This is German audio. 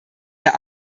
der